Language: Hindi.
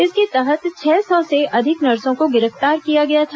इसके तहत छह सौ से अधिक नर्सो को गिरफ्तार किया गया था